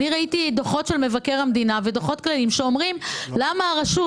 אני ראיתי דוחות של מבקר המדינה ודוחות כלליים שאומרים: למה הרשות,